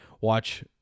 watch